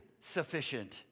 sufficient